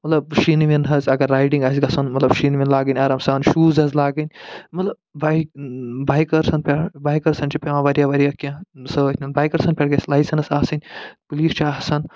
مطلب شیٖنہٕ ویٖنہٕ حظ اگر رایڈِنٛگ آسہِ گَژھُن مطلب شیٖنہٕ ویٖنہٕ لاگٕنۍ آرام سان شوٗز حظ لاگٕنۍ مطلب بایک بایکٲرسن بایکٲرسن چھِ پٮ۪وان وارِیاہ وارِیاہ کیٚنٛہہ سۭتۍ نیُن بایکٲرسن پٮ۪ٹھ گژھِ لایسٮ۪نٕس آسٕنۍ پُلیٖس چھُ آسان